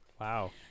Wow